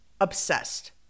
obsessed